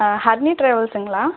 ஹரிணி ட்ராவல்ஸுங்களா